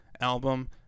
album